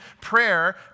prayer